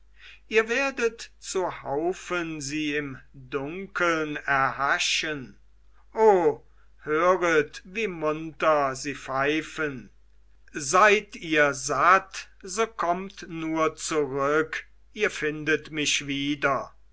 ihr werdet zu haufen sie im dunkeln erhaschen o höret wie munter sie pfeifen seid ihr satt so kommt nur zurück ihr findet mich wieder